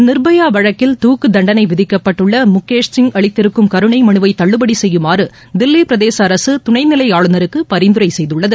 நிர்பயா வழக்கில் துக்கு தண்டளை விதிக்கப்பட்டுள்ள முகேஷ் சிங் அளித்திருக்கும் கருணை மனுவை தள்ளுபடி செய்யுமாறு தில்லி பிரதேச அரசு துணை நிலை ஆளுநருக்கு பரிந்துரை செய்துள்ளது